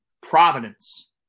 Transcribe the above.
Providence